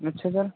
अच्छा सर